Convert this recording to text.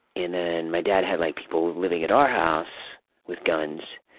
and then my dad had like people living at our house with guns.